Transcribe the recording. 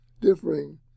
differing